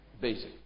Basic